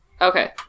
Okay